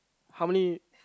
how many